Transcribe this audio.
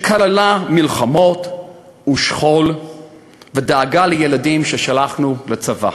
שכללה מלחמות ושכול ודאגה לילדים ששלחנו לצבא.